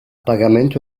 pagamento